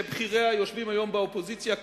שבכיריה יושבים היום באופוזיציה,